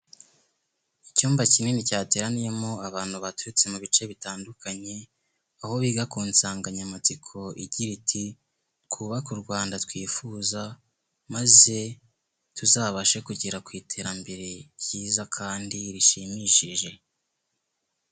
Icyumba kinini cyateranyemo abantu baturutse mu bice bitandukanye, aho biga ku nsanganyamatsiko igira iti twubake u Rwanda twifuza maze tuzabashe kugera ku iterambere ryiza kandi rishimishije.